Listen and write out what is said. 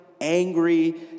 angry